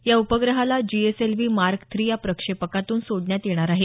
या उपग्रहाला GSLV mark three या प्रक्षेपकातून सोडण्यात येणार आहे